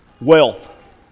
wealth